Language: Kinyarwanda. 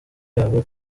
yabo